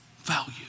value